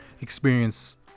experience